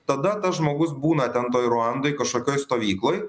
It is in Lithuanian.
tada tas žmogus būna ten toj ruandoj kažkokioj stovykloj